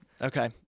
Okay